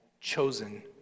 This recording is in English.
chosen